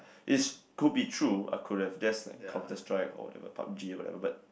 is could be true I could have just Counterstrike or whatever Pub-G or whatever but